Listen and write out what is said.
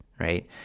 right